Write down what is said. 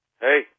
Hey